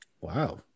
Wow